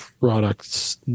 products